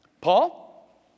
Paul